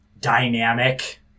dynamic